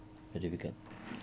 very difficult